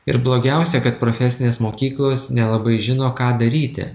ir blogiausia kad profesinės mokyklos nelabai žino ką daryti